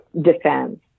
defense